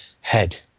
head